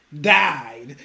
died